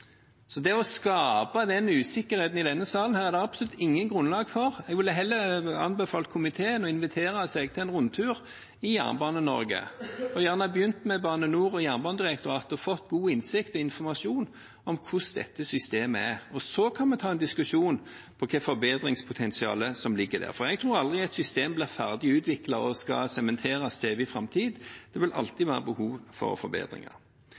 Så det å skape den usikkerheten i denne salen er det absolutt ikke noe grunnlag for. Jeg ville heller anbefalt komiteen å la seg invitere til en rundtur i Jernbane-Norge – og gjerne at man begynte med Bane NOR og Jernbanedirektoratet, for å få god innsikt og informasjon om hvordan dette systemet er. Så kan vi ta en diskusjon om hvilket forbedringspotensial som ligger der, for jeg tror aldri et system blir ferdig utviklet og skal sementeres til evig framtid – det vil alltid være behov for forbedringer.